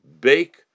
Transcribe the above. bake